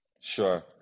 Sure